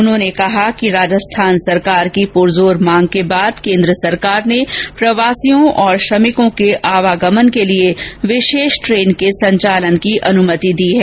उन्होंने कहा कि राजस्थान सरकार की पुरजोर मांग के बाद केन्द्र सरकार ने प्रवासियों और श्रमिकों के आवागमन के लिए विशेष ट्रेनों के संचालन की अनुमति दे दी है